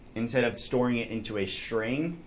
instead of storing it into a string,